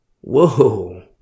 Whoa